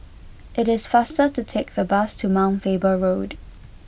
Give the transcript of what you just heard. it is faster to take the bus to Mount Faber Road